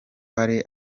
hari